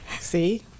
See